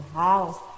house